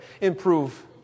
improve